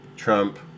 Trump